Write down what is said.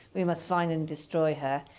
we must find and destroy her.